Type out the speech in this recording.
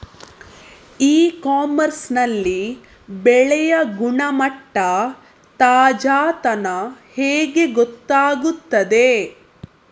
E commerce ನಲ್ಲಿ ಬೆಳೆಯ ಗುಣಮಟ್ಟ, ತಾಜಾತನ ಹೇಗೆ ಗೊತ್ತಾಗುತ್ತದೆ?